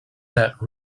that